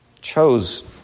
Chose